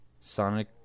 Sonic